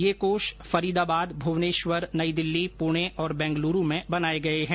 ये कोष फरीदाबाद भुवनेश्वर नई दिल्ली पुणे और बेंगलुरू में बनाए गये हैं